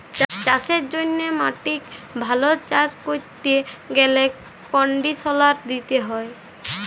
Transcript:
চাষের জ্যনহে মাটিক ভাল ক্যরতে গ্যালে কনডিসলার দিতে হয়